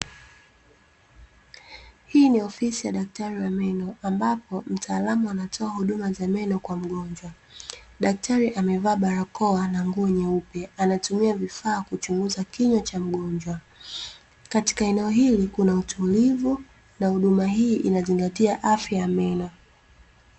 Hii ni ofisi ya daktari wa meno, ambapo mtaalamu anatoa huduma za meno kwa mgonjwa. Daktari amevaa barakoa na nguo nyeupe, anatumia vifaa kuchunguza kinywa cha mgonjwa. Katika eneo hili kuna utulivu, na huduma hii inazingatia afya ya meno.